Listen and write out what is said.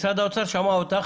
משרד האוצר שמע אותך.